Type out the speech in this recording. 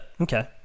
Okay